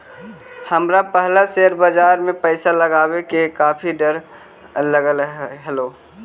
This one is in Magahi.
हमरा पहला शेयर बाजार में पैसा लगावे से काफी डर लगअ हलो